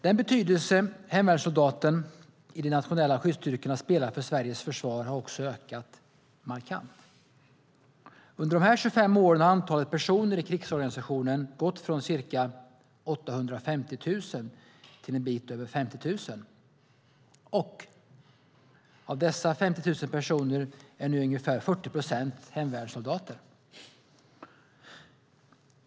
Den betydelse hemvärnssoldaten i de nationella skyddsstyrkorna har för Sveriges försvar har också ökat markant. Under de här 25 åren har antalet personer i krigsorganisationen gått från ca 850 000 till en bit över 50 000. Och av dessa 50 000 personer är nu ungefär 40 procent hemvärnssoldater.